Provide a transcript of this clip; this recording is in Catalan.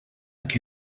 que